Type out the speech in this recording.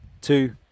two